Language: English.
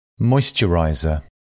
moisturizer